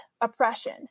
oppression